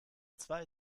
zwei